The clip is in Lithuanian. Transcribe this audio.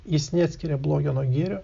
jis neatskiria blogio nuo gėrio